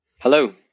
hello